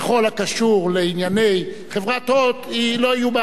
בכל הקשור לענייני חברת "הוט" לא יהיו,